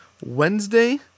Wednesday